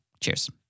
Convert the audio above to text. Cheers